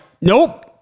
nope